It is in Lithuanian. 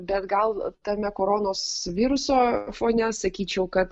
bet gal tame koronos viruso fone sakyčiau kad